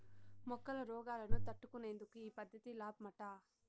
మొక్కల రోగాలను తట్టుకునేందుకు ఈ పద్ధతి లాబ్మట